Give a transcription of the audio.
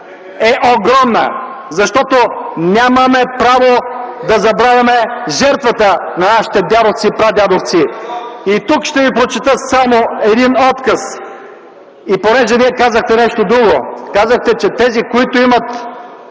е огромна, защото нямаме право да забравяме жертвата на нашите дядовци и прадядовци. Тук ще ви прочета само един откъс, понеже казахте нещо друго. Казахте тези, които имат